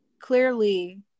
clearly